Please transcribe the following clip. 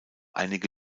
einige